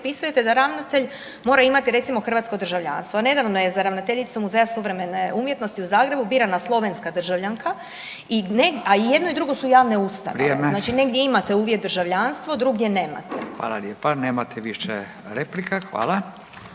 propisujete da ravnatelj mora imati, recimo, hrvatsko državljanstvo, a nedavno je za ravnateljicu Muzeja suvremene umjetnosti u Zagrebu birana slovenska državljanka, i ne, a i jedno i drugo su javne ustanove, znači .../Upadica: Vrijeme./... negdje imate uvjet državljanstvo, drugdje nemate. **Radin, Furio (Nezavisni)** Hvala